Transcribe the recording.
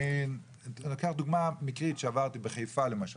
אני לוקח דוגמא מקרית שעברתי בחיפה למשל,